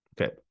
Okay